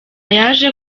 yaje